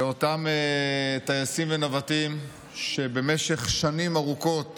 לאותם טייסים ונווטים שבמשך שנים ארוכות